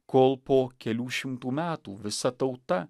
kol po kelių šimtų metų visa tauta